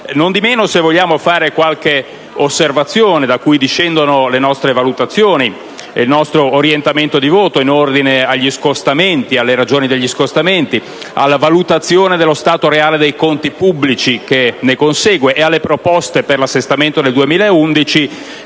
Non di meno, se vogliamo fare qualche osservazione da cui discendono le nostre valutazioni e il nostro orientamento di voto in ordine alle ragioni degli scostamenti, alla valutazione dello stato reale dei conti pubblici che ne consegue e alle proposte per l'assestamento del 2011,